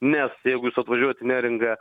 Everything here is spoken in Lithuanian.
nes jeigu jūs atvažiuojat į neringą